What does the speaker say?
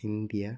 India